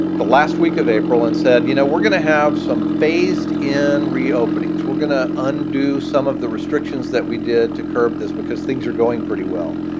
the last week of april, and said, you know, we're gonna have some phased in reopenings. we're going to undo some of the restrictions that we did to curb this, because things are going pretty well.